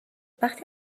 وقتی